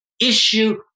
issue